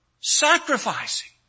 sacrificing